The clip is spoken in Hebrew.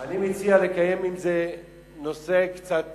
אני מציע, אם זה נושא שקצת